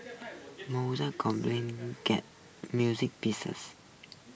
Mozart music pieces